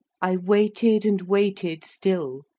i waited and waited still.